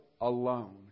alone